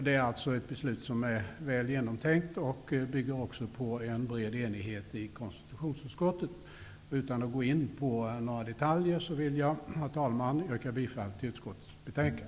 Det är alltså ett beslut som är väl genomtänkt, och det bygger på en bred enighet i konstitutionsutskottet. Utan att gå in på några detaljer vill jag, herr talman, yrka bifall till utskottets hemställan.